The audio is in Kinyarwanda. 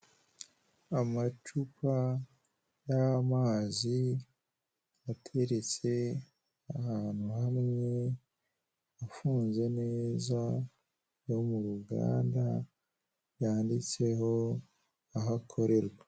Amacupa y'amazi ateretse ahantu hamwe afunze neza yo mu ruganda yanditseho aho akorerwa